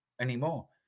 anymore